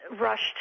rushed